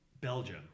Belgium